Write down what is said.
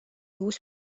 uus